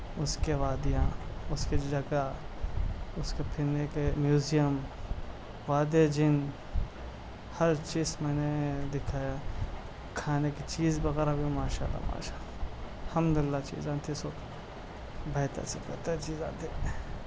اُس کے وادیاں اُس کی جگہ اُس کے پینے کے میوزیم وادے جن ہر چیز میں نے دکھایا کھانے کی چیز وغیرہ بھی ماشاء اللہ ماشاء اللہ حمد للہ چیزیں تھیں سب بہتر سے بہتر چیزیں آتی